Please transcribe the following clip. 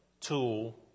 tool